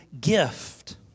gift